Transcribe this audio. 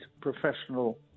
professional